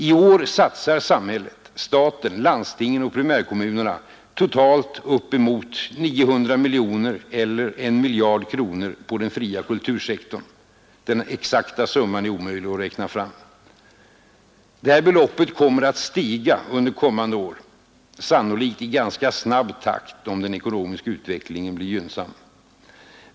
I år satsar samhället — staten, landstingen och primärkommunerna — totalt upp emot 900 miljoner eller 1 miljard kronor på den fria kultursektorn; den exakta summan är omöjlig att räkna fram. Detta belopp kommer att stiga under kommande år — sannolikt i ganska snabb takt om den ekonomiska utvecklingen blir gynnsam.